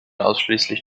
ausschließlich